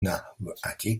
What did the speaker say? nahuatl